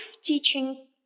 teaching